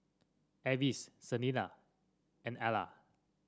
Avis Selina and Ila